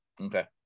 Okay